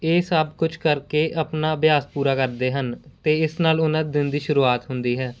ਇਹ ਸਭ ਕੁਛ ਕਰਕੇ ਆਪਣਾ ਅਭਿਆਸ ਪੂਰਾ ਕਰਦੇ ਹਨ ਅਤੇ ਇਸ ਨਾਲ ਉਹਨਾਂ ਦਿਨ ਦੀ ਸ਼ੁਰੂਆਤ ਹੁੰਦੀ ਹੈ